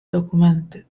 dokumenty